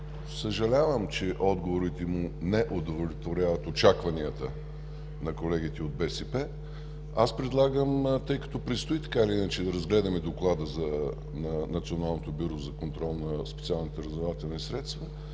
Съжалявам, че отговорите не удовлетворяват очакванията на колегите от „БСП за България“. Предлагам, тъй като предстои така или иначе да разгледаме Доклада на Националното бюро за контрол на специалните разузнавателни средства,